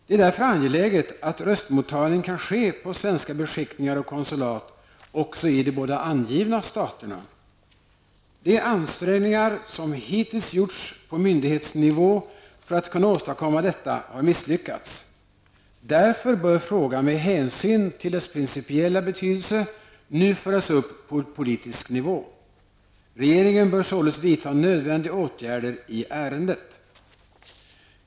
Det är därför angeläget att röstmottagning kan ske på svenska beskickningar och konsulat också i de båda angivna staterna. De ansträngningar som hittills gjorts på myndighetsnivå för att kunna åstadkomma detta har misslyckats. Därför bör frågan med hänsyn till dess principiella betydelse föras upp på politisk nivå. Regeringen bör således vidta nödvändiga åtgärder i ärendet.